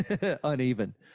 uneven